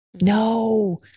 No